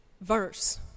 verse